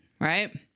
right